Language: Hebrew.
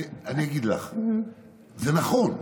אני אגיד לך, זה נכון.